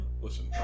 Listen